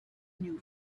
new